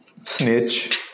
snitch